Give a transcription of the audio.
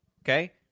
Okay